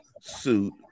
suit